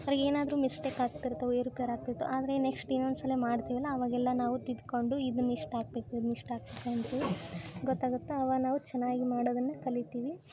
ಅರೆ ಏನಾದರೂ ಮಿಸ್ಟೇಕ್ ಆಗ್ತಿರ್ತವೆ ಏರುಪೇರು ಆಗ್ತಿರ್ತವೆ ಆದರೆ ನೆಕ್ಸ್ಟ್ ಇನ್ನೊಂದು ಸಲ ಮಾಡ್ತೀವಲ್ಲ ಅವಾಗೆಲ್ಲ ನಾವು ತಿದ್ದುಕೊಂಡು ಇದನ್ ಇಷ್ಟು ಹಾಕ್ಬೇಕು ಇದನ್ ಇಷ್ಟು ಹಾಕ್ಬೇಕ್ ಅಂತೂ ಗೊತ್ತಾಗುತ್ತೆ ಅವಾಗ ನಾವು ಚೆನ್ನಾಗಿ ಮಾಡೋದನ್ನು ಕಲೀತಿವಿ